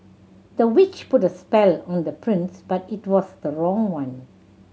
the witch put a spell on the prince but it was the wrong one